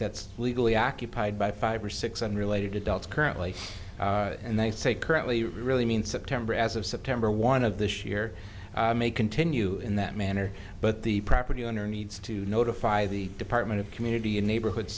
that's illegally occupied by five or six unrelated adults currently and they say currently we really mean september as of september one of this year may continue in that manner but the property owner needs to notify the department of community and neighborhood